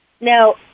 Now